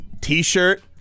t-shirt